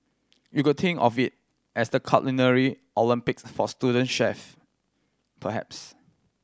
you could think of it as the Culinary Olympics for student chefs perhaps